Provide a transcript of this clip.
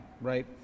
right